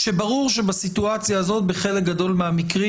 כשברור שבסיטואציה הזאת בחלק גדול מהמקרים